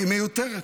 היא מיותרת.